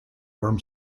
worm